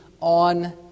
on